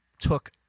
took